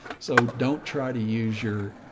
so don't try to use your,